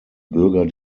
bürger